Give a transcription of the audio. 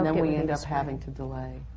then we ended up having to delay.